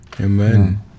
Amen